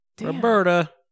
Roberta